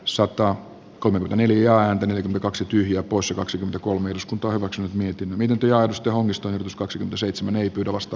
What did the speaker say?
sota kolme neljä ääntä kaksi tyhjää poissa kaksikymmentäkolme osku torrokset mietin miten työ osto onnistunut kaksikymmentäseitsemän ei pidä vasta